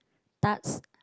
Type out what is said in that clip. tarts